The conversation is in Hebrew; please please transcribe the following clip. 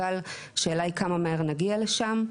אבל השאלה היא כמה מהר נגיע לשם,